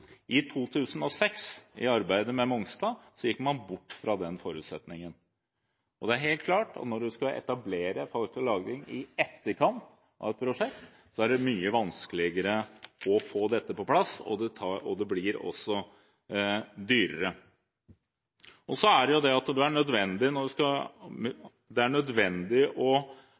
I 2006, i arbeidet med Mongstad, gikk man bort fra den forutsetningen. Det er helt klart at når du skal etablere fangst og lagring i etterkant av et prosjekt, er det mye vanskeligere å få dette på plass, og det blir også dyrere. Så er det nødvendig å ha gode avtaler med industrien om gjennomføring og avtaler som gir de riktige incentiver. Her har vi